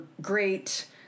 great